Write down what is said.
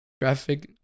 traffic